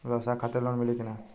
ब्यवसाय खातिर लोन मिली कि ना?